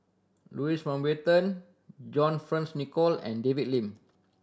Louis Mountbatten John Fearns Nicoll and David Lim